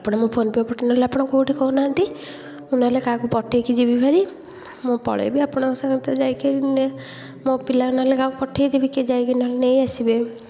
ଆପଣ ମୋ ଫୋନ୍ ପେ' ପଠେଇ ନହେଲେ ଆପଣ କେଉଁଠି କହୁନାହାନ୍ତି ମୁଁ ନହେଲେ କାହାକୁ ପଠେଇକି ଯିବି ଭାରି ମୁଁ ପଳେଇବି ଆପଣଙ୍କ ସାଙ୍ଗରେ ତ ଯାଇକି ମୋ ପିଲା ନହେଲେ କାହାକୁ ପଠେଇ ଦେବି କିଏ ଯାଇକି ନହେଲେ ନେଇ ଆସିବେ